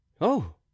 Oh